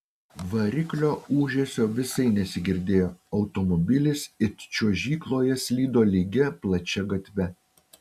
variklio ūžesio visai nesigirdėjo automobilis it čiuožykloje slydo lygia plačia gatve